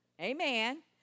Amen